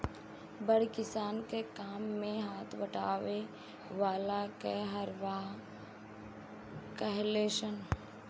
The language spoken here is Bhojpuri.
बड़ किसान के काम मे हाथ बटावे वाला के हरवाह कहाले सन